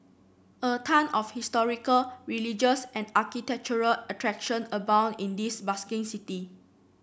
a ton of historical religious and architectural attraction abound in this bustling city